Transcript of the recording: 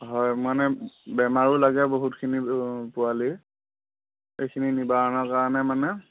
হয় মানে বেমাৰো লাগে বহুতখিনি পোৱালি এইখিনি নিবাৰণৰ কাৰণে মানে